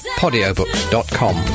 podiobooks.com